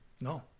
no